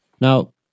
Now